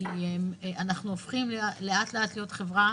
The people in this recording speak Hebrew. כי אנחנו הופכים לאט לאט להיות חברה